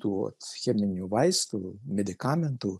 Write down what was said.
tų cheminių vaistų medikamentų